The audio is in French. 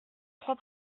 trois